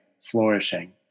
flourishing